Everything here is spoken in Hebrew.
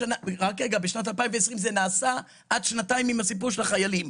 ובשנת 2020 זה נעשה עד שנתיים עם הסיפור של החיילים.